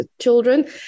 children